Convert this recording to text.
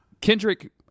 kendrick